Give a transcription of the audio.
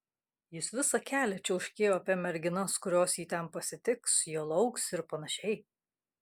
jis visą kelią čiauškėjo apie merginas kurios jį ten pasitiks jo lauks ir panašiai